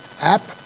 app